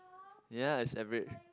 ya it's average